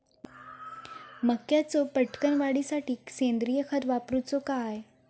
मक्याचो पटकन वाढीसाठी सेंद्रिय खत वापरूचो काय?